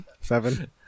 Seven